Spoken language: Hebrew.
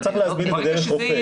צריך להזמין את זה דרך רופא.